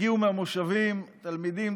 הגיעו מהמושבים הסמוכים תלמידים,